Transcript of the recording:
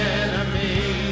enemy